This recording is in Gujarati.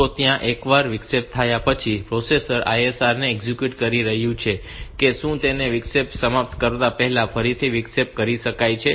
તો ત્યાં એકવાર વિક્ષેપ થાય પછી પ્રોસેસર ISR ને એક્ઝિક્યુટ કરી રહ્યું છે શું તેને વિક્ષેપ સમાપ્ત કરતા પહેલા ફરીથી વિક્ષેપિત કરી શકાય છે